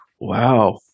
Wow